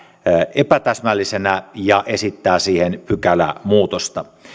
epätäsmällisenä ja esittää siihen pykälämuutosta